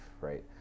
right